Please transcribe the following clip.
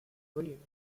volume